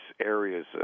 areas